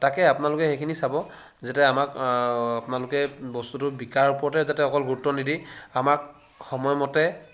তাকে আপোনালোকে সেইখিনি চাব যাতে আমাক আপোনালোকে বস্তুটো বিকাৰ ওপৰতে যাতে অকল গুৰুত্ব নিদি আমাক সময়মতে